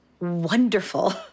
wonderful